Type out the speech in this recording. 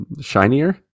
shinier